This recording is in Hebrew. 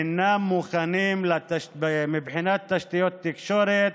אינם מוכנים מבחינת תשתיות תקשורת.